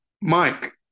Mike